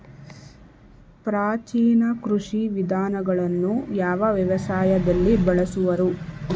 ಪ್ರಾಚೀನ ಕೃಷಿ ವಿಧಾನಗಳನ್ನು ಯಾವ ವ್ಯವಸಾಯದಲ್ಲಿ ಬಳಸುವರು?